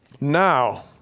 Now